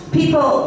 people